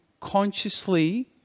consciously